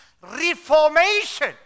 reformation